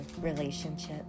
relationship